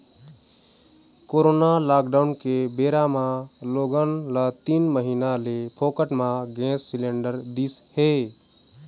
corona lockdown के बेरा म लोगन ल तीन महीना ले फोकट म गैंस सिलेंडर दिस हे